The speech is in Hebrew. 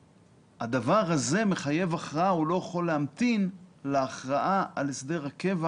הדבר הזה מחייב הכרעה והוא לא יכול להמתין להכרעה על הסדר הקבע